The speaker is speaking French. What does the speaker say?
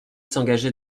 s’engager